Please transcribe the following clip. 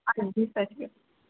ਹਾਂਜੀ ਸਤਿ ਸ਼੍ਰੀ